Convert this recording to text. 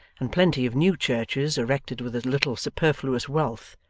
and plenty of new churches, erected with a little superfluous wealth,